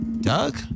Doug